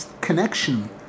connection